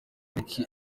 pariki